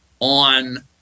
On